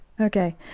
Okay